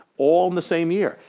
all in the same year.